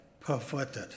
perverted